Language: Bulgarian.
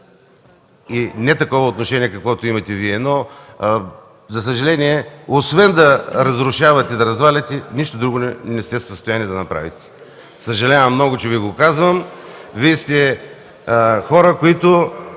а не такова отношение, каквото имате Вие. За съжаление, освен да разрушавате и да разваляте, нищо друго не сте в състояние да направите. Съжалявам много, че Ви го казвам: Вие сте хора без